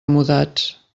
mudats